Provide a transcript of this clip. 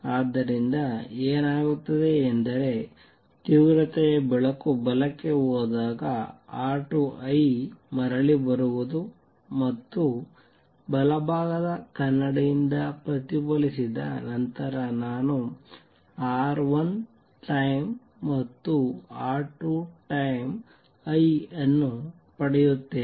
ಆದ್ದರಿಂದ ಏನಾಗುತ್ತದೆ ಎಂದರೆ ತೀವ್ರತೆಯ ಬೆಳಕು ಬಲಕ್ಕೆ ಹೋದಾಗ R2 I ಮರಳಿ ಬರುವುದು ಮತ್ತು ಅದು ಬಲಭಾಗದ ಕನ್ನಡಿಯಿಂದ ಪ್ರತಿಫಲಿಸಿದ ನಂತರ ನಾನು R1 ಟೈಮ್ ಮತ್ತು R2 ಟೈಮ್ I ಅನ್ನು ಪಡೆಯುತ್ತೇನೆ